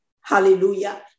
Hallelujah